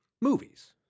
movies